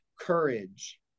courage